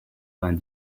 vingt